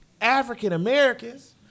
African-Americans